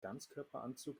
ganzkörperanzug